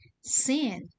Sin